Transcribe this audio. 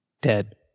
Dead